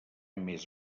més